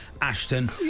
Ashton